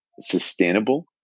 Sustainable